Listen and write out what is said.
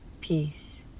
peace